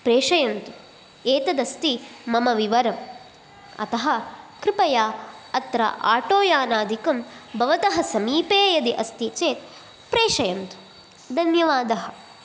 प्रेषयन्तु एतदस्ति मम विवरं अतः कृपया अत्र आटो यानादिकं भवतः समीपे यदि अस्ति चेत् प्रषयन्तु धन्यवादः